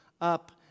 up